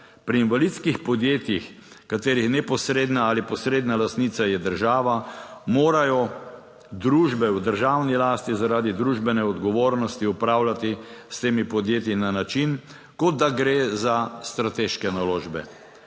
Pri invalidskih podjetjih, katerih neposredna ali posredna lastnica je država, morajo družbe v državni lasti zaradi družbene odgovornosti upravljati s temi podjetji na način, kot da gre za strateške naložbe.